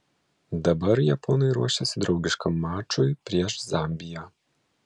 dabar japonai ruošiasi draugiškam mačui prieš zambiją